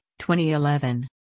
2011